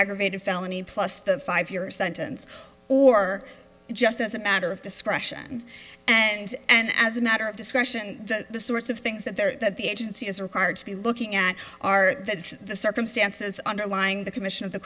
aggravated felony plus the five year sentence or just as a matter of discretion and and as a matter of discretion the sorts of things that there is that the agency is required to be looking at our circumstances underlying the commission of the